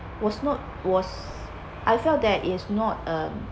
was not was I felt that it's not uh